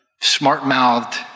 smart-mouthed